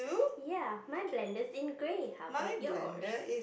ya mine blender's in grey how about yours